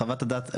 חוות הדעת,